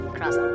Cross